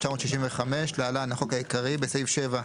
תשכ"ה-1965 (להלן החוק העיקרי), בסעיף 7 - (1)